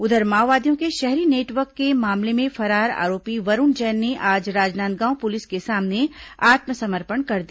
उधर माओवादियों के शहरी नेटवर्क के मामले मे फरार आरोपी वरूण जैन ने आज राजनांदगांव पुलिस के सामने आत्मसमर्पण कर दिया